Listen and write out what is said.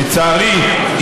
לצערי,